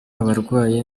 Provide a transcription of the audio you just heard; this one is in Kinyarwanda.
abarwaye